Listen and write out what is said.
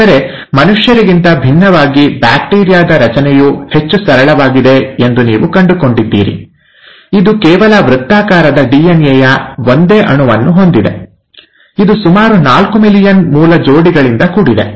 ಆದರೆ ಮನುಷ್ಯರಿಗಿಂತ ಭಿನ್ನವಾಗಿ ಬ್ಯಾಕ್ಟೀರಿಯಾದ ರಚನೆಯು ಹೆಚ್ಚು ಸರಳವಾಗಿದೆ ಎಂದು ನೀವು ಕಂಡುಕೊಂಡಿದ್ದೀರಿ ಇದು ಕೇವಲ ವೃತ್ತಾಕಾರದ ಡಿಎನ್ಎ ಯ ಒಂದೇ ಅಣುವನ್ನು ಹೊಂದಿದೆ ಇದು ಸುಮಾರು ನಾಲ್ಕು ಮಿಲಿಯನ್ ಮೂಲ ಜೋಡಿಗಳಿಂದ ಕೂಡಿದೆ